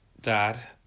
Dad